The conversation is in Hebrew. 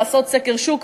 לעשות סקר שוק,